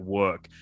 work